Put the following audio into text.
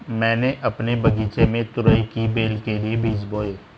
मैंने अपने बगीचे में तुरई की बेल के लिए बीज बोए